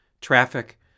Traffic